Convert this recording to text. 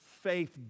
faith